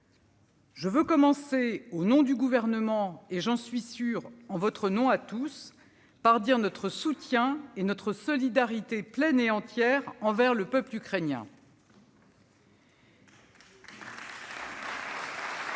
Je veux commencer, au nom du Gouvernement, et j'en suis sûre, en votre nom à tous, par dire notre soutien et notre solidarité pleine et entière envers le peuple ukrainien.